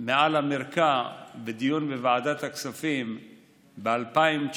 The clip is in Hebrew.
על המרקע בדיון בוועדת הכספים ב-2019,